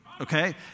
okay